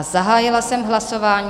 Zahájila jsem hlasování.